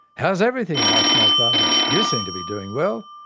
how's everything? asked my father. you seem to be doing well!